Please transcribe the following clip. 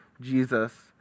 Jesus